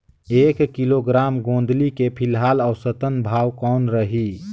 एक किलोग्राम गोंदली के फिलहाल औसतन भाव कौन रही?